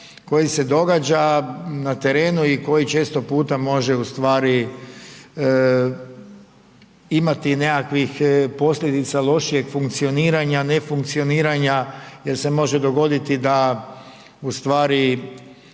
koji se događa na terenu i koji često puta može ustvari imati nekakvih posljedica lošijeg funkcioniranja, ne funkcioniranja jer se može dogoditi da ustvari